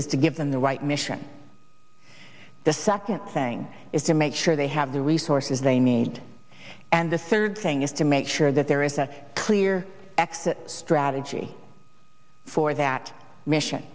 is to give them the right mission the second thing is to make sure they have the resources they need and the third thing is to make sure that there is a clear exit strategy for that mission